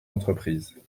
entreprises